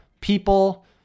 people